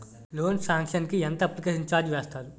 Loan sanction కి ఎంత application charge వేస్తారు?